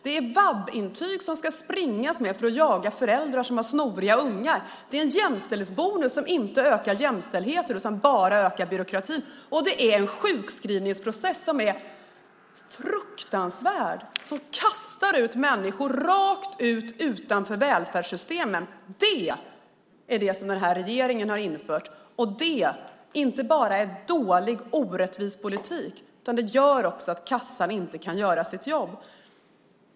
Det är VAB-intyg som man ska springa med för att jaga föräldrar som har snoriga ungar. Det är en jämställdhetsbonus som inte ökar jämställdheten utan bara ökar byråkratin. Det är en sjukskrivningsprocess som är fruktansvärd som kastar människor rakt ut från välfärdssystemen. Det har den här regeringen infört. Det är inte bara en dålig och orättvis politik. Den gör också att Försäkringskassan inte kan göra sitt jobb.